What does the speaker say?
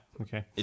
Okay